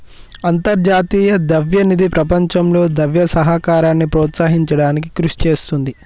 అంతర్జాతీయ ద్రవ్య నిధి ప్రపంచంలో ద్రవ్య సహకారాన్ని ప్రోత్సహించడానికి కృషి చేస్తుంది